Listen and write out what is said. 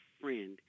friend